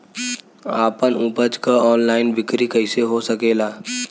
आपन उपज क ऑनलाइन बिक्री कइसे हो सकेला?